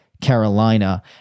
Carolina